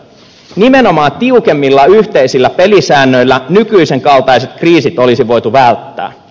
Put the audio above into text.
nimenomaan tiukemmilla yhteisillä pelisäännöillä nykyisen kaltaiset kriisit olisi voitu välttää